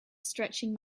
stretching